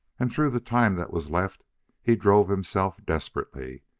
and through the time that was left he drove himself desperately.